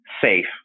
safe